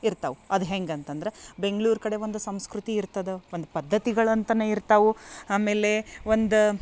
ಇರ್ತವು ಅದು ಹೆಂಗೆ ಅಂತಂದ್ರ ಬೆಂಗಳೂರು ಕಡೆ ಒಂದು ಸಂಸ್ಕೃತಿ ಇರ್ತದ ಒಂದು ಪದ್ಧತಿಗಳಂತನೆ ಇರ್ತವು ಆಮೇಲೆ ಒಂದು